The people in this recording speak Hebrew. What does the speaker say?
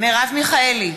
מרב מיכאלי,